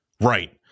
Right